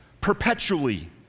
perpetually